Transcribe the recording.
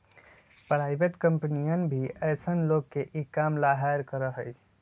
private कम्पनियन भी ऐसन लोग के ई काम ला हायर करा हई